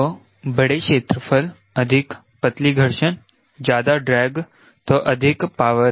तो बड़े क्षेत्रफल अधिक पतली घर्षण ज्यादा ड्रैग तो अधिक पावर